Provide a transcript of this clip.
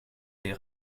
des